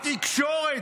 התקשורת.